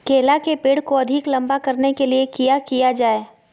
केला के पेड़ को अधिक लंबा करने के लिए किया किया जाए?